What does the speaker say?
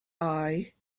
eye